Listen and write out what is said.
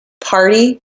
party